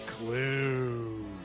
clue